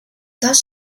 does